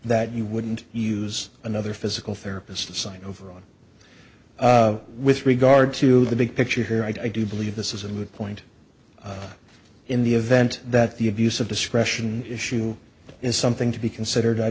that you wouldn't use another physical therapist sign over on with regard to the big picture here i do believe this is a moot point in the event that the abuse of discretion issue is something to be considered i